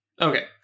Okay